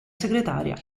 segretaria